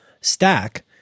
stack